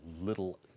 little